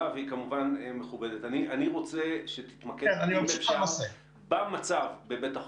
האם אתם בודקים למשל את מדיניות משרד הבריאות בימי